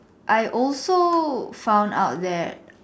I also found out that